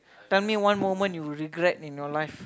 tell me one moment you regret in your life